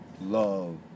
love